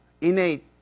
innate